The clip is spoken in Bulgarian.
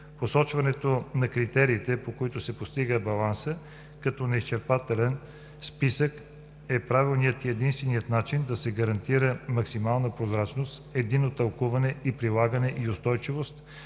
Посочването на критериите, по които се постига балансът, като неизчерпателен списък, е правилният и единственият начин да се гарантира максимална прозрачност, единно тълкуване и прилагане и устойчивост,